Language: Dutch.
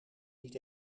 niet